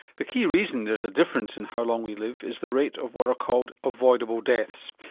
the key reason there's a difference in how long we live is the rate of what are called avoidable deaths,